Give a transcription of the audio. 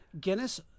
Guinness